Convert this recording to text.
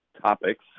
topics